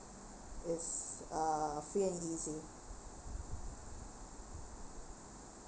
is a free and easy